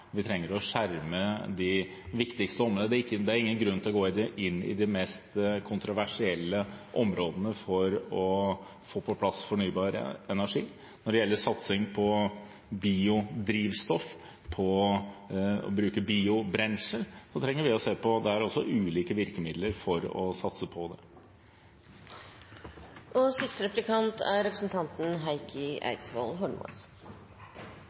Vi trenger å skjerme de viktigste områdene. Det er ingen grunn til å gå inn i de mest kontroversielle områdene for å få på plass fornybar energi. Når det gjelder satsing på biodrivstoff og å bruke biobrensel, trenger vi også der å se på ulike virkemidler for å satse på